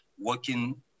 working